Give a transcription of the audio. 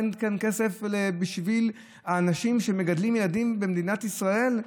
אין כאן כסף בשביל האנשים שמגדלים ילדים במדינת ישראל.